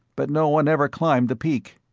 but no one ever climbed the peak.